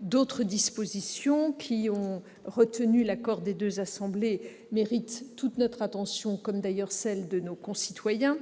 D'autres dispositions, qui ont obtenu l'accord des deux assemblées, méritent toute notre attention comme celle de nos concitoyens.